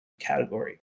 category